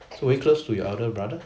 so were you close to your elder brother